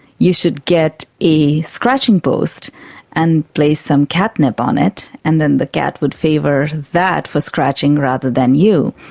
you should get a scratching post and place some catnip on it and then the cat would favour that for scratching rather than you.